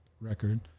record